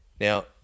Now